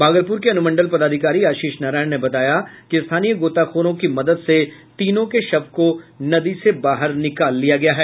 भागलपुर के अनुमंडल पदाधिकारी आशीष नारायण ने बताया कि स्थानीय गोताखोरों की मदद से तीनों के शव को नदी से बाहर निकाला गया है